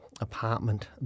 apartment